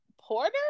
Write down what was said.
Porter